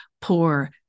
poor